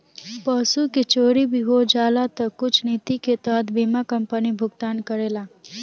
पशु के चोरी भी हो जाला तऽ कुछ निति के तहत बीमा कंपनी भुगतान करेला